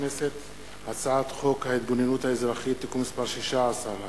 הצעת חוק ההתגוננות האזרחית (תיקון מס' 16),